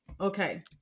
Okay